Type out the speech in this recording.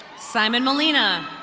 simon malina.